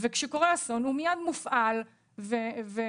כשקורה אסון הוא מיד מופעל ומפצה.